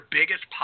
biggest